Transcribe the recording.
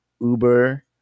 Uber